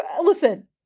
listen